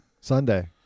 sunday